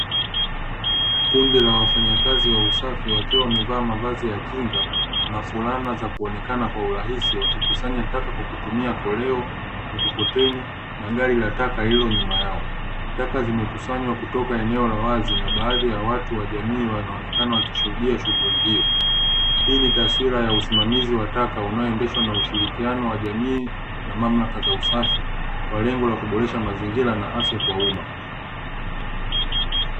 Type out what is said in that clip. Kundi la wafanyakazi wa usafi, wakiwa wamevaa mavazi ya kinga na fulana za kuonekana kwa urahisi, wakikusanya taka kwa kutumia koleo, mikokoteni na gari la taka lililo nyuma yao. Taka zimekusanywa kutoka eneo la wazi na baadhi ya watu wa jamii wanaonekana wakishuhudia shughuli hiyo. Hii ni taswira ya usimamizi wa taka unaoendeshwa na ushirikiano wa jamii na mamlaka za usafi kwa lengo la kuboresha mazingira na afya kwa umma.